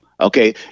Okay